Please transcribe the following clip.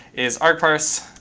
is argparse.